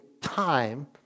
time